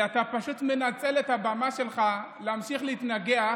ואתה פשוט מנצל את הבמה שלך להמשיך להתנגח